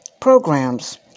programs